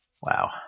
Wow